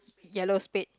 yellow spade